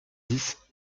dix